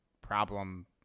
problem